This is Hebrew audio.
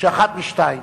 שאחת משתיים: